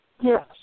Yes